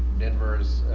denver's